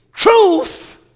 Truth